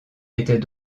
était